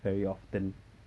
very often